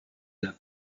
neuf